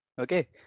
Okay